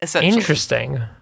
Interesting